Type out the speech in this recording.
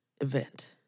event